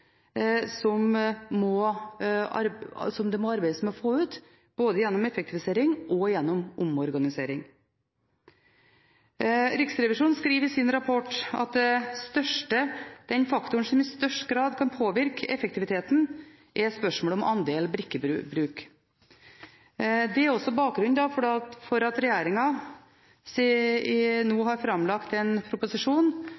det må arbeides med å få ut, både gjennom effektivisering og omorganisering. Riksrevisjonen skriver i sin rapport at den faktoren som i størst grad kan påvirke effektiviteten, er spørsmålet om andel brikkebruk. Det er også bakgrunnen for at regjeringen nå har framlagt en proposisjon om obligatorisk brikke for